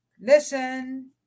Listen